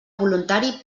voluntari